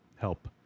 Help